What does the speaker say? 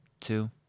two